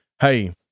Hey